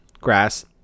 grass